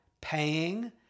paying